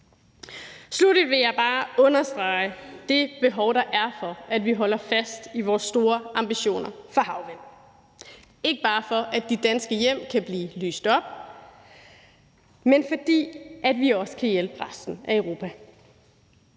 Sluttelig vil jeg bare understrege det behov, der er for, at vi holder fast i vores store ambitioner for havvind, ikke bare, for at de danske hjem kan blive lyst op, men fordi vi også kan hjælpe resten af Europa.